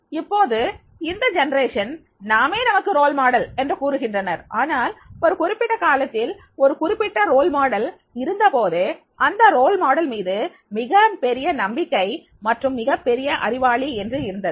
இப்போது இந்த தலைமுறை நாமே நமக்கு முன்மாதிரி என்று கூறுகின்றனர் ஆனால் ஒரு குறிப்பிட்ட காலத்தில் ஒரு குறிப்பிட்ட முன்மாதிரி இருந்தபோது அந்த முன்மாதிரி மீது மிகப்பெரிய நம்பிக்கை மற்றும் மிகப் பெரிய அறிவாளி என்று இருந்தது